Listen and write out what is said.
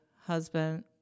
husband